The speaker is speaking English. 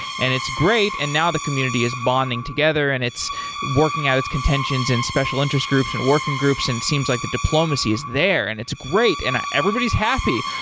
and it's great, and now the community is bonding together and it's working out its contentions and special interest groups and working groups and seems like the diplomacy is there, and it's great, and everybody is happy.